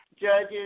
judges